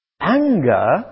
Anger